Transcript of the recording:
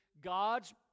God's